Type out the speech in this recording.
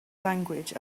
language